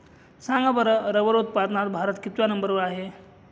सांगा बरं रबर उत्पादनात भारत कितव्या नंबर वर आहे?